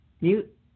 Mute